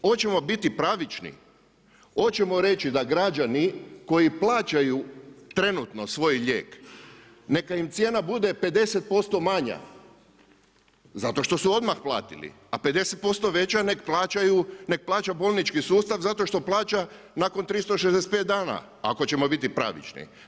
Hoćemo biti pravični, hoćemo reći da građani koji plaćaju trenutno svoj lijek, neka im cijena bude 50% manja, zato što su odmah platili, a 50% veća nek plaća bolnički sustav zato što plaća nakon 365 dana, ako ćemo biti pravični.